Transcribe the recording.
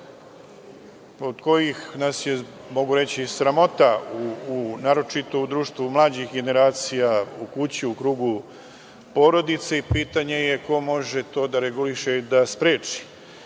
od kojih nas je, mogu reći, sramota naročito u društvu mlađih generacija u kući u krugu porodice i pitanje je ko to može da reguliše i da spreči